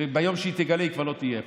ביום שהיא תגלה, היא כבר לא תהיה פה.